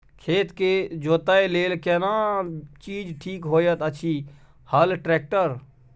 खेत के जोतय लेल केना चीज ठीक होयत अछि, हल, ट्रैक्टर?